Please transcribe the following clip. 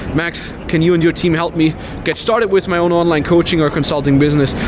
max, can you and your team help me get started with my own online coaching or consulting business?